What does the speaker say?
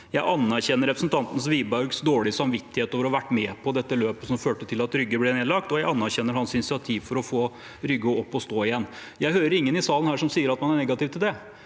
Jeg anerkjenner representanten Wiborgs dårlige samvittighet for å ha vært med på dette løpet, som førte til at Rygge ble nedlagt. Jeg anerkjenner hans initiativ for å få Rygge opp å stå igjen. Jeg hører ingen i salen her som sier at man er negativ til det.